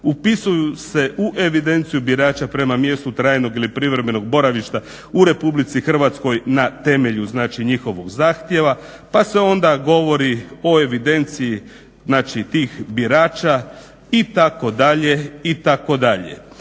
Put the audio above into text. upisuju se u evidenciju birača prema mjestu trajnog ili privremenog boravišta u Republici Hrvatskoj na temelju, znači njihovog zahtjeva.". Pa se onda govori o evidenciji, znači tih birača itd. itd.